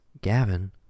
Gavin